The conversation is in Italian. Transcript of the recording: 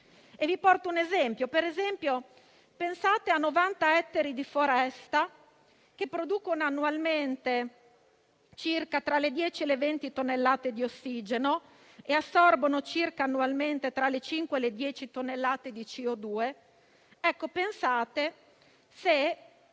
Vi porto un esempio. Pensate a 90 ettari di foresta, che producono annualmente circa tra le 10 e le 20 tonnellate di ossigeno e assorbono annualmente circa tra le 5 e le 10 tonnellate di CO2. Pensate se